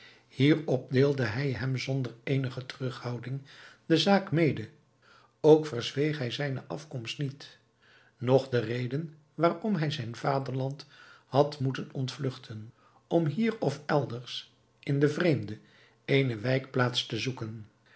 hierop deelde hij hem zonder eenige terughouding de zaak mede ook verzweeg hij zijne afkomst niet noch de reden waarom hij zijn vaderland had moeten ontvlugten om hier of elders in den vreemde eene wijkplaats te zoeken